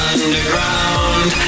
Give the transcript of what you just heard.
Underground